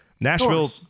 Nashville